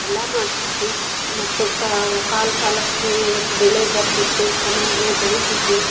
ಎಲ್ಲಾ ಮಾಡ್ತಿದ್ವಿ ಮತ್ತು ಕಾ ಕಾಲ ಕಾಲಕ್ಕೆ ಬೆಳೆ ಬರುತ್ತಿತ್ತು ಚೆನ್ನಾಗಿ ಬೆಳೀತಿದ್ದವು